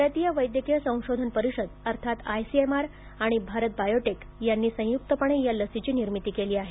भारतीय वैद्यकीय संशोधन परिषद अर्थात आयसीएमआर आणि भारत बायोटेक यांनी संयुक्तपणे या लसीची निर्मिती केली आहे